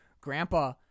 Grandpa